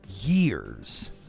years